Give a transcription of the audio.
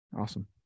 Awesome